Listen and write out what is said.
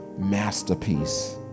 masterpiece